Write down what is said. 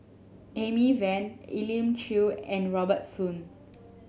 Amy Van Elim Chew and Robert Soon